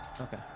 Okay